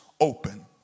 open